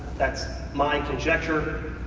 that's my conjecture.